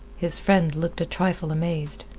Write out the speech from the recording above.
his friend looked a trifle amazed.